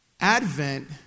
Advent